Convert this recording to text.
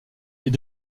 est